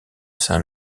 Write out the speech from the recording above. saint